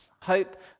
Hope